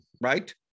right